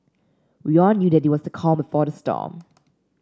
we all knew that it was the calm before the storm